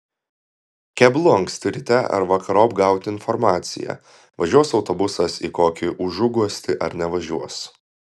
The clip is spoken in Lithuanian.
keblu anksti ryte ar vakarop gauti informaciją važiuos autobusas į kokį užuguostį ar nevažiuos